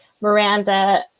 Miranda